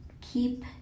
keep